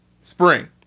spring